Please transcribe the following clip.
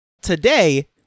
Today